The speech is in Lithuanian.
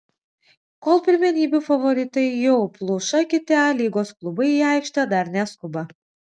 kol pirmenybių favoritai jau pluša kiti a lygos klubai į aikštę dar neskuba